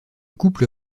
couple